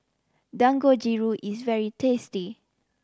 dangojiru is very tasty